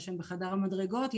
בחדר המדרגות,